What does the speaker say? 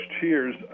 cheers